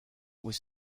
was